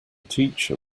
teacher